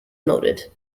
noted